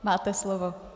Máte slovo.